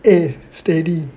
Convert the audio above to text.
eh steady